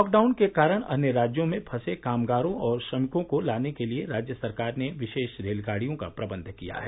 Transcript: lockdown के कारण अन्य राज्यों में फंसे कामगारों और श्रमिकों को लाने के लिए राज्य सरकार ने विशेष रेलगाड़ियों का प्रबंध किया है